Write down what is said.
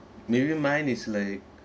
maybe mine is like